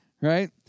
right